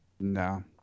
No